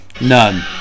None